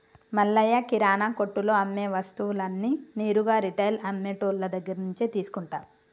మల్లయ్య కిరానా కొట్టులో అమ్మే వస్తువులన్నీ నేరుగా రిటైల్ అమ్మె టోళ్ళు దగ్గరినుంచే తీసుకుంటాం